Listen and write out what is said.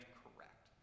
correct